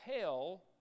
hell